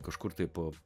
kažkur tai po